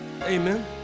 Amen